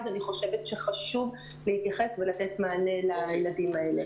אני חושבת שחשוב להתייחס ולתת מענה לילדים האלה.